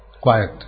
quiet